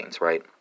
Right